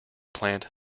plant